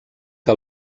que